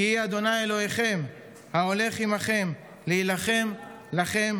'כי ה' אלהיכם ההלך עמכם להלחם לכם